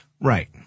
Right